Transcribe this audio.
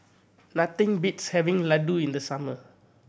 nothing beats having Ladoo in the summer